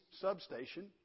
substation